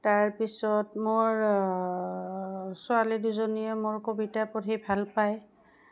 তাৰপিছত মোৰ ছোৱালী দুজনীয়ে মোৰ কবিতা পঢ়ি ভাল পায়